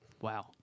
Wow